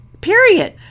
Period